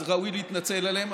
אז ראוי להתנצל עליהם,